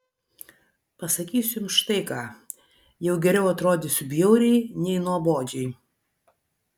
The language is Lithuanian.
pasakysiu jums štai ką jau geriau atrodysiu bjauriai nei nuobodžiai